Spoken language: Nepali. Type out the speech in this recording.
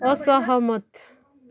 असहमत